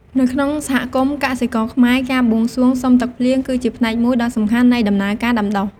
នៅក្នុងសហគមន៍កសិករខ្មែរ ការបួងសួងសុំទឹកភ្លៀង គឺជាផ្នែកមួយដ៏សំខាន់នៃដំណើរការដាំដុះ។